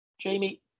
Jamie